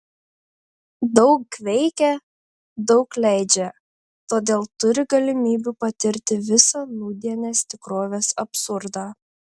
daug veikia daug leidžia todėl turi galimybių patirti visą nūdienės tikrovės absurdą